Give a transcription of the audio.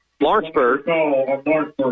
Lawrenceburg